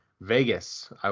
Vegas